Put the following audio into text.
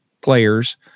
players